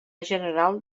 general